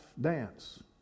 dance